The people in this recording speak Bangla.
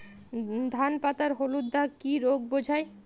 ধান পাতায় হলুদ দাগ কি রোগ বোঝায়?